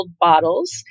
bottles